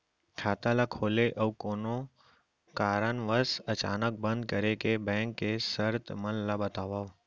खाता ला खोले अऊ कोनो कारनवश अचानक बंद करे के, बैंक के शर्त मन ला बतावव